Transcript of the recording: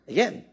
Again